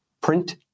print